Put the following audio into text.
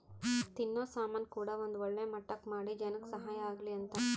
ತಿನ್ನೋ ಸಾಮನ್ ಕೂಡ ಒಂದ್ ಒಳ್ಳೆ ಮಟ್ಟಕ್ ಮಾಡಿ ಜನಕ್ ಸಹಾಯ ಆಗ್ಲಿ ಅಂತ